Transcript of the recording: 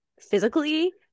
physically